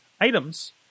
items